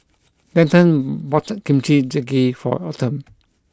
Denton bought Kimchi Jjigae for Autumn